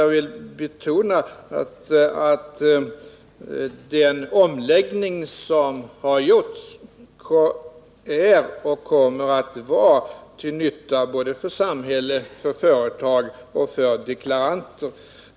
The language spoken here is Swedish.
Jag vill betona att den omläggning som har gjorts är och kommer att vara till nytta för både samhälle, företag och deklaranter.